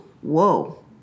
whoa